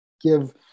give